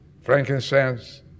frankincense